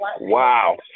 Wow